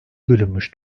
bölünmüş